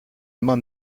immer